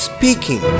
Speaking